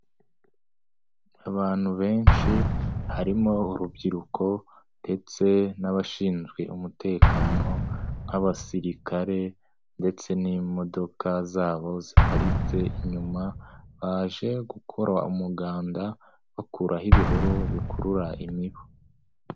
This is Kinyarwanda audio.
Abantu benshi harimo urubyiruko ndetse n'abashinzwe umutekano nk'abasirikare ndetse n'imodoka zabo ziparitse inyuma, baje gukora umuganda bakuraho ibihuru bikurura imibu.